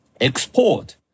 export